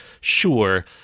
sure